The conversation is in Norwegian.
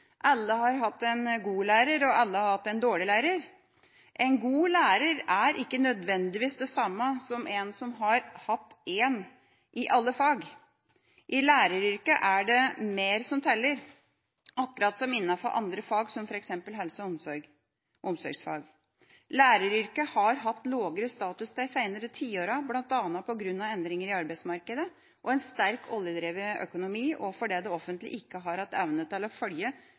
Alle har hatt en god lærer, og alle har hatt en dårlig lærer. En god lærer er ikke nødvendigvis det samme som en som har hatt 1 i alle fag. I læreryrket er det mer som teller, akkurat som innenfor andre fag, som f.eks. helse- og omsorgsfag. Læreryrket har hatt lavere status de seinere tiårene bl.a. på bakgrunn av endringer i arbeidsmarkedet og en sterk oljedrevet økonomi, og fordi det offentlige ikke har hatt evne til å følge